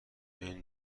این